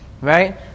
Right